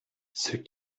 ceux